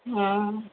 ହଁ